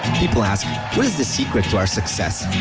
people ask were is the secret to our success.